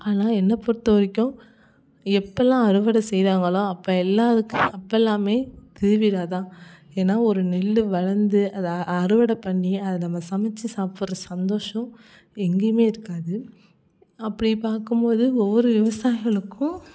ஆனால் என்னை பொறுத்த வரைக்கும் எப்போல்லாம் அறுவடை செய்கிறாங்களோ அப்போ எல்லாம் இதுக்கு அப்போல்லாமே திருவிழாதான் ஏன்னா ஒரு நெல் வளர்ந்து அதை அறுவடை பண்ணி அதை நம்ம சமைத்து சாப்பிட்ற சந்தோஷம் எங்கேயுமே இருக்காது அப்படி பார்க்கும்போது ஒவ்வொரு விவசாயிகளுக்கும்